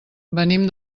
venim